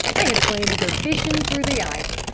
i had planned to go fishing through the ice.